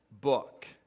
book